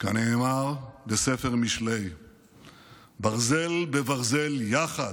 כנאמר בספר משלי "ברזל בברזל יחד,